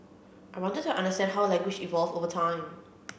I wanted to understand how language evolved over time